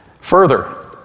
Further